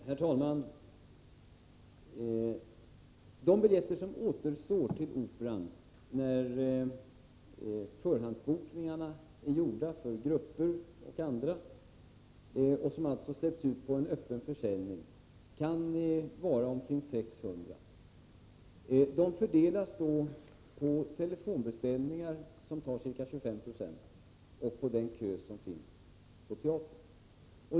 Herr talman! Antalet biljetter som återstår när förhandsbokningarna är gjorda för grupper och andra och som alltså blir föremål för öppen försäljning kan uppgå till omkring 600. Biljetterna fördelas på telefonbeställningar, som tar ca 25 90, och på den kö som finns på teatern.